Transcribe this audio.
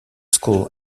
school